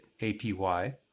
APY